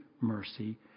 mercy